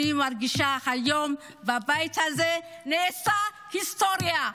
אני מרגישה שהיום בבית הזה נעשתה היסטוריה.